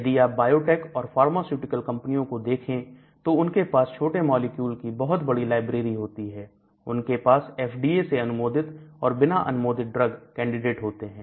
यदि आप बायोटेक और फार्मास्यूटिकल कंपनियों को देखें तो उनके पास छोटे मॉलिक्यूल की बहुत बड़ी लाइब्रेरी होती है उनके पास FDA से अनुमोदित और बिना अनुमोदित ड्रग कैंडिडेट होते हैं